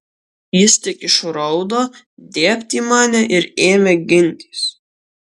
jis tik išraudo dėbt į mane ir ėmė gintis